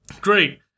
Great